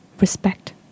respect